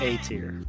A-tier